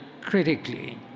critically